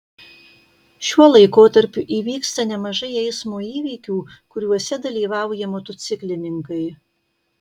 šiuo laikotarpiu įvyksta nemažai eismo įvykių kuriuose dalyvauja motociklininkai